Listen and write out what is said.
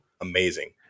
Amazing